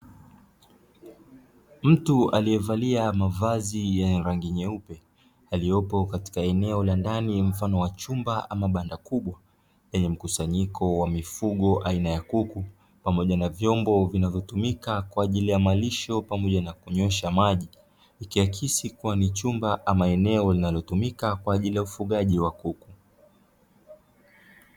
Mtu aliyevalia mavazi yenye rangi nyeupe aliyepo katika eneo la ndani mfano wa chumba ama banda kubwa lenye mkusanyiko wa mifugo aina ya kuku, pamoja na vyombo vinavyotumika kwa ajili ya malisho pamoja na kunywesha maji; ikiakisi kuwa ni chumba ama eneo linalotumika kwa ajili ya ufugaji wa kuku.